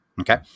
Okay